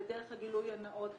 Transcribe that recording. לדרך הגילוי הנאות,